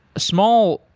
small